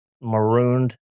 marooned